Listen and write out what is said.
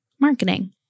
marketing